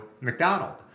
McDonald